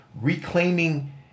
Reclaiming